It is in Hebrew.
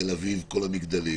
תל אביב כל המגדלים.